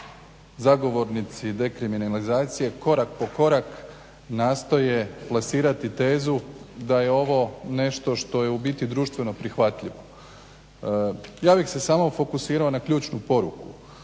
Zagovornici dekriminalizacije korak po korak nastoje plasirati tezu da je ovo nešto što je u biti društveno prihvatljivo. Ja bih se samo fokusirao na ključnu poruku